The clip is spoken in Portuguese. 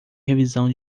revisão